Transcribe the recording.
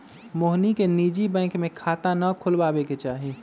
मोहिनी के निजी बैंक में खाता ना खुलवावे के चाहि